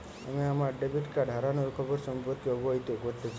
আমি আমার debit card হারানোর খবর সম্পর্কে অবহিত করতে চাই